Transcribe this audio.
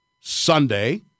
Sunday